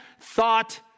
thought